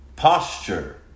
Posture